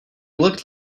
looked